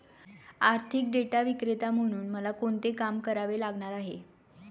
आर्थिक डेटा विक्रेता म्हणून मला कोणते काम करावे लागणार आहे?